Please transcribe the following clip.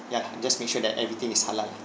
ya and just make sure that everything is halal lah